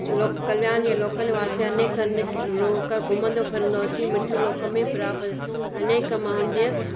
लोकु कल्याण जे लोकनि वास्ते अनेक अनेक लोक घुमंदो फिरंदो हो चई मृत्यू लोक में प्राप्तु अनेक माण्हुनि जो